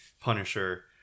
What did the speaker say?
punisher